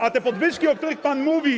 A te podwyżki, o których pan mówi.